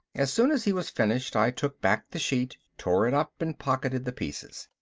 as soon as he was finished i took back the sheet, tore it up and pocketed the pieces.